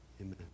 Amen